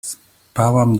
spałam